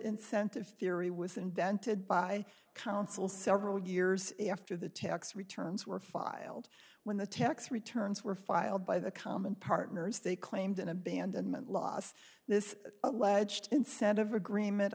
incentive theory was invented by counsel several years after the tax returns were filed when the tax returns were filed by the common partners they claimed an abandonment loss this alleged incentive agreement